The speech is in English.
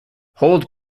hold